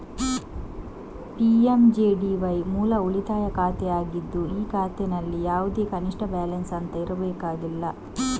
PMJDY ಮೂಲ ಉಳಿತಾಯ ಖಾತೆ ಆಗಿದ್ದು ಈ ಖಾತೆನಲ್ಲಿ ಯಾವುದೇ ಕನಿಷ್ಠ ಬ್ಯಾಲೆನ್ಸ್ ಅಂತ ಇರಬೇಕಾಗಿಲ್ಲ